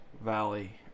Valley